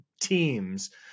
teams